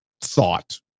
thought